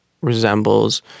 resembles